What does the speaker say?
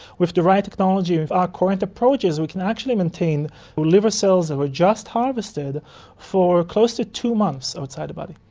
with the right technology and with our current approaches, we can actually maintain liver cells that were just harvested for close to two months outside the body.